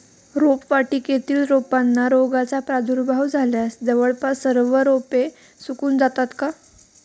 रोपवाटिकेतील रोपांना रोगाचा प्रादुर्भाव झाल्यास जवळपास सर्व रोपे सुकून जातात का?